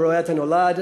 הרואה את הנולד.